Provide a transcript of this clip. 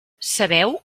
sabeu